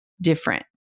different